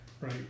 Right